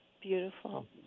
Beautiful